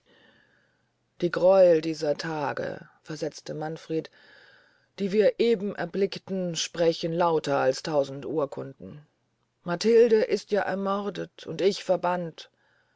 die greuel dieser tage versetzte manfred die wir eben erblickten sprechen lauter als tausend urkunden matilde ist ja gemordet und ich verbannt